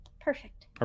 Perfect